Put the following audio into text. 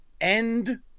End